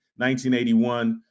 1981